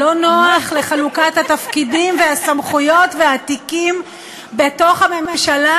לא נוח לחלוקת התפקידים והסמכויות והתיקים בתוך הממשלה,